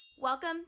Welcome